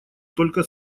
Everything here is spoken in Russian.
только